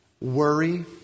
Worry